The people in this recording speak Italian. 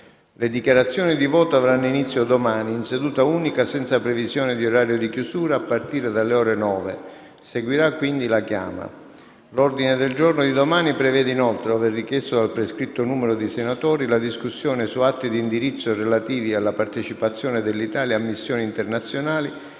Le dichiarazioni di voto avranno inizio domani, in seduta unica senza previsione di orario di chiusura, a partire dalle ore 9. Seguirà quindi la chiama. L'ordine del giorno di domani prevede inoltre - ove richiesto dal prescritto numero dì senatori - la discussione su atti di indirizzo relativi alla partecipazione dell'Italia a missioni internazionali